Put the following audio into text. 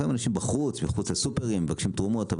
לפעמים אנשים מחוץ לסופרים מבקשים תרומות,